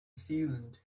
sealant